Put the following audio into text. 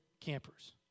campers